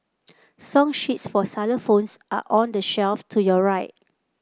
song sheets for xylophones are on the shelf to your right